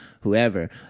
whoever